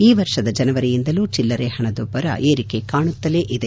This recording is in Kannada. ಈ ವರ್ಷದ ಜನವರಿಯಿಂದಲೂ ಚಿಲ್ಲರೆ ಹಣದುಬ್ಬರ ಏರಿಕೆ ಕಾಣುತ್ತಲೇ ಇದೆ